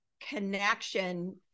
connection